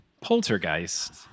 Poltergeist